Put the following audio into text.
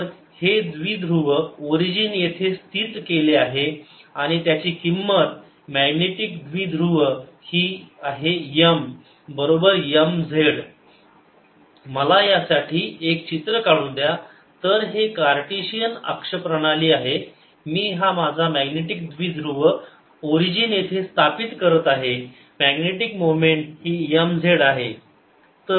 तर हे द्विध्रुव ओरिजीन येथे स्थित केले आहे आणि त्याची किंमत मॅग्नेटिक द्विध्रुव ही आहे m बरोबर m z मला यासाठी एक चित्र काढू द्या तर हे कार्टेशियन अक्ष प्रणाली आहे मी हा माझा मॅग्नेटिक द्विध्रुव ओरिजिन येथे स्थापित करत आहे मॅग्नेटिक मोमेंट ही m z आहे